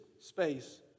space